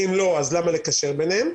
אם לא, למה לקשר בניהם?